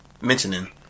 mentioning